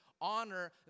honor